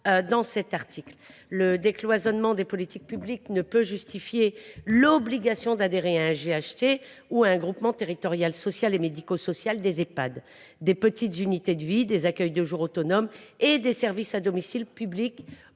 cet article. Le décloisonnement des politiques publiques ne peut justifier l’obligation d’adhérer à un GHT ou à un groupement territorial social et médico social des Ehpad, des petites unités de vie, des accueils de jour autonomes et des services à domicile publics